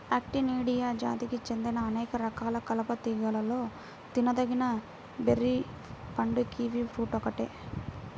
Actinidia జాతికి చెందిన అనేక రకాల కలప తీగలలో తినదగిన బెర్రీ పండు కివి ఫ్రూట్ ఒక్కటే